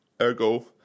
ergo